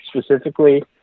specifically